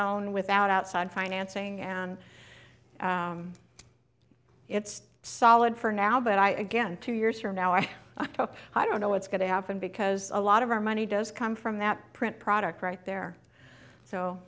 own without outside financing and it's solid for now but i again two years from now i hope i don't know what's going to happen because a lot of our money does come from that print product right there so